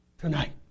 tonight